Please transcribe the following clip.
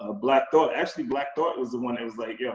ah black thought actually black thought was the one that was like, yo,